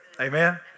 Amen